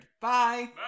bye